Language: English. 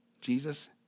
Jesus